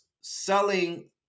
selling